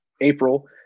April